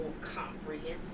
comprehensive